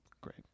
Great